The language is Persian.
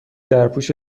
درپوش